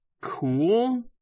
cool